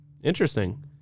Interesting